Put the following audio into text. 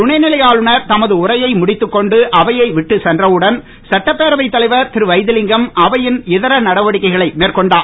துணைநிலை ஆளுநர் தமது உரையை முடித்துக் கொண்டு அவையை விட்டு சென்றவுடன் சட்டப்பேரவைத் தலைவர் திருவைத்திலிங்கம் அவையின் இதர நடவடிக்கைகளை மேற்கொண்டார்